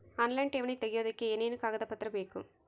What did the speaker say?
Online ಠೇವಣಿ ತೆಗಿಯೋದಕ್ಕೆ ಏನೇನು ಕಾಗದಪತ್ರ ಬೇಕು?